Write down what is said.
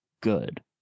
good